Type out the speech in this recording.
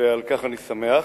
ועל כך אני שמח.